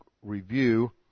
review